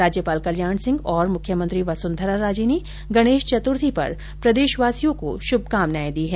राज्यपाल कल्याण सिंह और मुख्यमंत्री वसुंधरा राजे ने गणेश चत्र्थी पर प्रदेशवासियों को शुभकामनाएं दी हैं